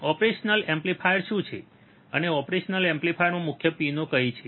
operational amplifiers શું છે અને ઓપરેશનલ એમ્પ્લીફાયરમાં મુખ્ય પિનો કઈ છે